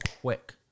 quick